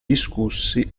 discussi